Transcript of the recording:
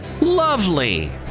Lovely